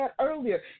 earlier